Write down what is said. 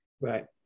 Right